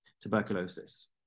tuberculosis